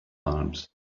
palms